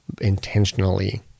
intentionally